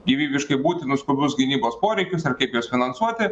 gyvybiškai būtinus skubius gynybos poreikius ir kaip juos finansuoti